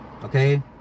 Okay